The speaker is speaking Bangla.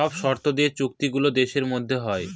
সব শর্ত দিয়ে চুক্তি গুলো দেশের মধ্যে হয়